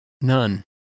None